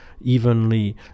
evenly